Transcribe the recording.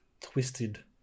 twisted